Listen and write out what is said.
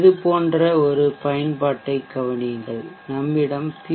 இது போன்ற ஒரு பயன்பாட்டைக் கவனியுங்கள் நம்மிடம் பி